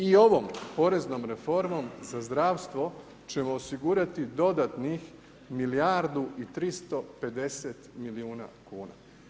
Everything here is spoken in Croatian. I ovom poreznom reformom za zdravstvo ćemo osigurati dodatnih milijardu i 350 milijuna kuna.